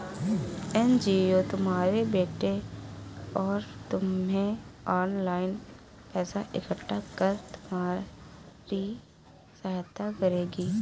NGO तुम्हारे बेटे और तुम्हें ऑनलाइन पैसा इकट्ठा कर तुम्हारी सहायता करेगी